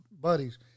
buddies